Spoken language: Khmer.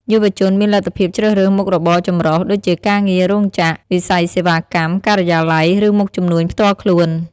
យុវជនមានលទ្ធភាពជ្រើសរើសមុខរបរចម្រុះ ដូចជាការងាររោងចក្រ វិស័យសេវាកម្ម ការិយាល័យ ឬមុខជំនួញផ្ទាល់ខ្លួន។